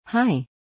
Hi